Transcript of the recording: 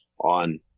on